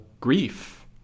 grief